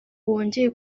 wongeye